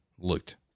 looked